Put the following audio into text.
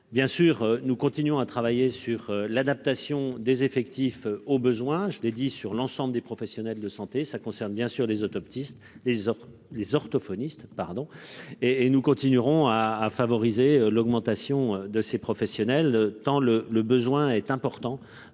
Bien sûr, nous continuons à travailler sur l'adaptation des effectifs aux besoins. Je l'ai dit sur l'ensemble des professionnels de santé, ça concerne bien sûr des autres optimiste, les autres les orthophonistes pardon et et nous continuerons à à favoriser l'augmentation de ces professionnels, tant le le besoin est important